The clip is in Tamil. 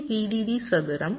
C VDD சதுரம் T ரத்துசெய்து fSW